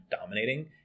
dominating